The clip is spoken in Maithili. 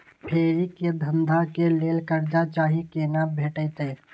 फेरी के धंधा के लेल कर्जा चाही केना भेटतै?